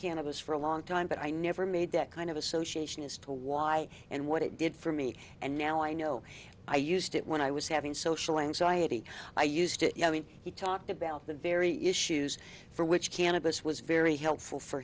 cannabis for a long time but i never made that kind of association as to why and what it did for me and now i know i used it when i was having social anxiety i used to i mean he talked about the very issues for which cannabis was very helpful for